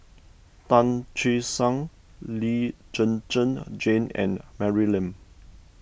Tan Che Sang Lee Zhen Zhen Jane and Mary Lim